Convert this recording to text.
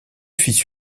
fils